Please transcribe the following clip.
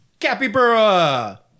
Capybara